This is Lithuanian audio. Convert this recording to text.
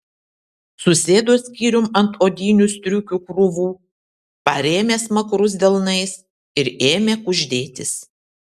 susėdo skyrium ant odinių striukių krūvų parėmė smakrus delnais ir ėmė kuždėtis